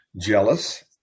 jealous